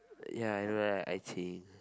ya I know right 爱情